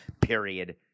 period